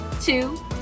two